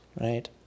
right